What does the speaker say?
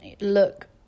look